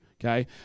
okay